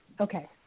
Okay